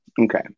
Okay